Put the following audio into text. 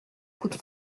coûte